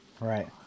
right